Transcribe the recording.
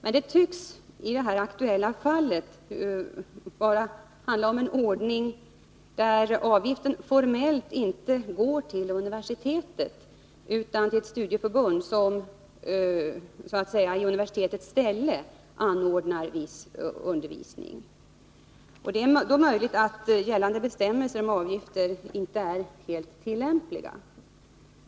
I det aktuella fallet tycks det emellertid handla om en ordning där avgiften formellt inte går till universitetet utan till ett studieförbund, som så att säga i universitetets ställe anordnar viss undervisning. Det är då möjligt att gällande bestämmelser om avgifter inte är helt tillämpliga.